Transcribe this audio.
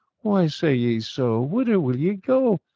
why say ye so? wheder will ye go?